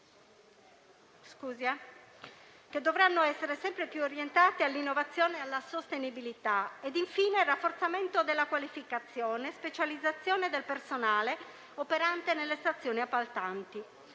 che dovranno essere sempre più orientate all'innovazione e alla sostenibilità; infine, rafforzamento della qualificazione e specializzazione del personale operante nelle stazioni appaltanti.